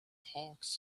hawks